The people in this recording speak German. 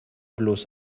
bloß